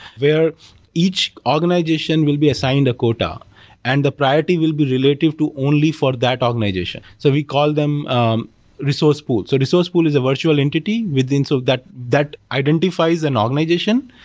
where each organization will be assigned a quota and the priority will be relative to only for that organization. so we call them um resource pool. so resource pool is a virtual entity so that that identifies an organization,